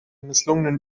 misslungenen